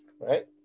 right